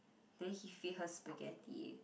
then he feed her spaghetti